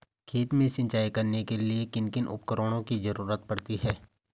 खेत में सिंचाई करने के लिए किन किन उपकरणों की जरूरत पड़ती है?